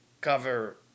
cover